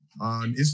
on